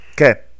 okay